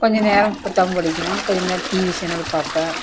கொஞ்சம் நேரம் புத்தகம் படிக்குவேன் கொஞ்சம் நேரம் டிவி சீரியல் பார்ப்பேன்